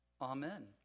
Amen